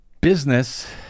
business